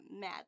mad